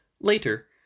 Later